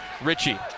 Richie